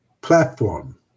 platform